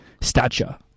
stature